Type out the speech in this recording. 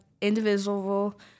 indivisible